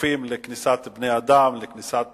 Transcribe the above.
חשופים לכניסת בני-אדם, לכניסת